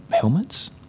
helmets